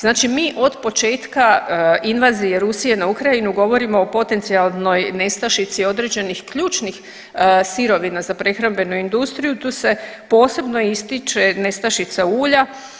Znači mi od početka invazije Rusije na Ukrajinu govorimo o potencijalnoj nestašici određenih ključnih sirovina za prehrambenu industriju, tu se posebno ističe nestašica ulja.